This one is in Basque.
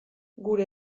gure